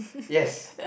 yes